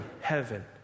heaven